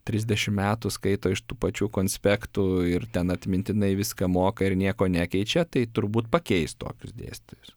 trisdešim metų skaito iš tų pačių konspektų ir ten atmintinai viską moka ir nieko nekeičia tai turbūt pakeis tokius dėstytojus